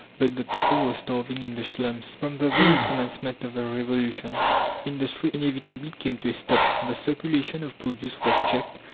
but the people were starving in the slums. from the very commencement of the revolution industry inevitably came to a stop the circulation of produce was checked,